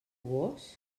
vós